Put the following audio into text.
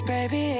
Baby